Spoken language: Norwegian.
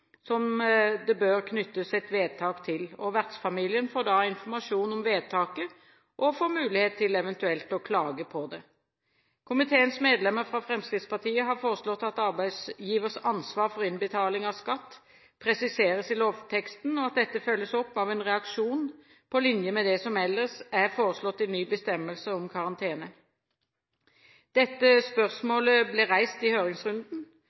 som det bør knyttes et vedtak til. Vertsfamilien får da informasjon om vedtaket og mulighet til eventuelt å klage på det. Komiteens medlemmer fra Fremskrittspartiet har foreslått at arbeidsgivers ansvar for innbetaling av skatt presiseres i lovteksten, og at dette følges opp av en reaksjon på linje med det som ellers er foreslått i ny bestemmelse om karantene. Dette spørsmålet ble reist i høringsrunden.